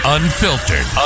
Unfiltered